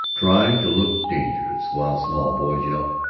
trying to look dangerous while small boys yelped,